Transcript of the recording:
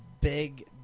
big